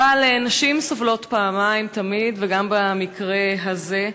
אבל נשים סובלות פעמיים, תמיד, וגם במקרה הזה.